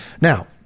Now